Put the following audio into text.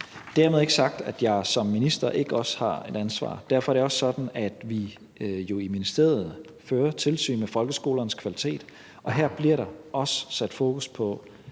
Dermed ikke sagt, at jeg som minister ikke også har et ansvar, og derfor er det også sådan, at vi jo i ministeriet fører tilsyn med folkeskolernes kvalitet, og her bliver der også sat fokus på